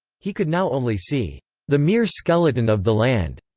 he could now only see the mere skeleton of the land.